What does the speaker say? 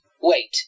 Wait